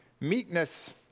Meekness